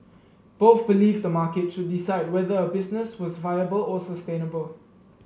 both believed the market should decide whether a business was viable or sustainable